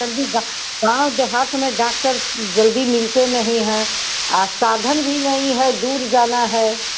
sir ji गा गाँव देहात में डाक्टर जल्दी मिलते नहीं हैं साधन भी नहीं है दूर जाना हैं